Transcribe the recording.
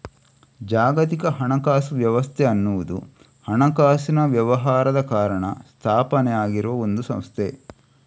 ಜಾಗತಿಕ ಹಣಕಾಸು ವ್ಯವಸ್ಥೆ ಅನ್ನುವುದು ಹಣಕಾಸಿನ ವ್ಯವಹಾರದ ಕಾರಣ ಸ್ಥಾಪನೆ ಆಗಿರುವ ಒಂದು ಸಂಸ್ಥೆ